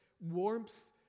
warmth